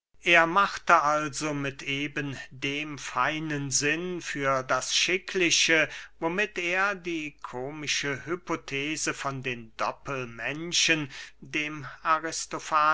er macht also mit eben dem feinen sinn für das schickliche womit er die komische hypothese von den doppelmenschen dem